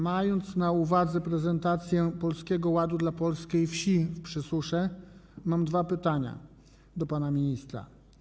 Mając na uwadze prezentację Polskiego Ładu dla polskiej wsi w Przysusze, mam dwa pytania do pana ministra.